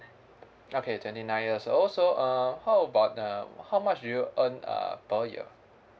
okay twenty nine years old so uh how about uh how much do you earn uh per year